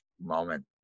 moment